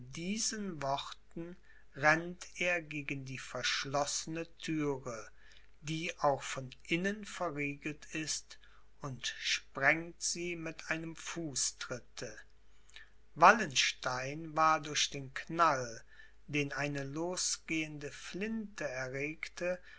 diesen worten rennt er gegen die verschlossene thüre die auch von innen verriegelt ist und sprengt sie mit einem fußtritte wallenstein war durch den knall den eine losgehende flinte erregte